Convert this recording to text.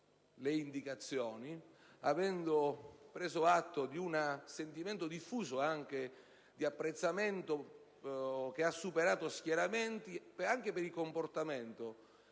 le indicazioni, avendo preso atto di un sentimento diffuso, anche di apprezzamento, che ha superato gli schieramenti, rispetto ad un comportamento